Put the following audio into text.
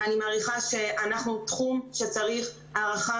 ואני מעריכה שאנחנו תחום שצריך הערכה